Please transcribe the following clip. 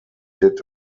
did